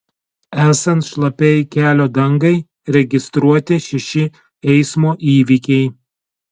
esant šlapiai kelio dangai registruoti šeši eismo įvykiai